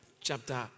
chapter